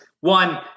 one